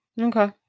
Okay